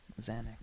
Xanax